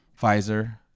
Pfizer